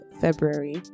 February